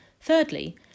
Thirdly